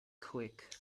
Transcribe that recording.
quick